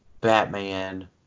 Batman